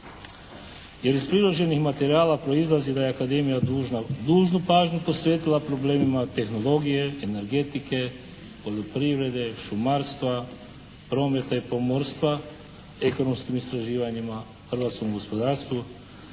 Jer iz priloženih materijala proizlazi da je Akademija dužna dužnu pažnju posvetila problemima tehnologije, energetike, poljoprivrede, šumarstva, prometa i pomorstva, ekonomskim istraživanjima hrvatskom gospodarstvu